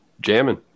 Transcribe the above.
jamming